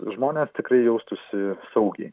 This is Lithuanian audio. žmonės tikrai jaustųsi saugiai